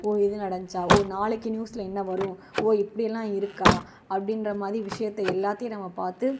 ஓ இது நடந்துச்சா ஓ நாளைக்கு நியூஸ்ல என்ன வரும் ஓ இப்படியெல்லாம் இருக்கா அப்படின்றமாரி விஷயத்தை எல்லாத்தையும் நம்ம பார்த்து